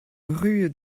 rue